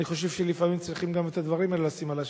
אני חושב שלפעמים צריכים גם את הדברים האלה לשים על השולחן.